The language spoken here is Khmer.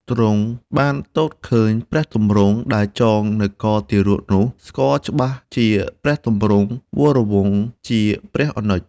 ទ្រង់បាន ទតឃើញព្រះទម្រង់ដែលចងនៅកទារកនោះ ស្គាល់ច្បាស់ជាព្រះទម្រង់វរវង្សជាព្រះអនុជ ។